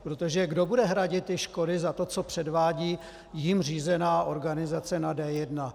Protože kdo bude hradit škody za to, co předvádí jím řízená organizace na D1?